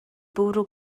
bwrw